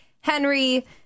henry